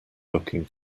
looking